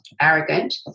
arrogant